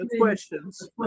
questions